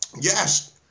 Yes